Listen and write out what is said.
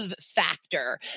factor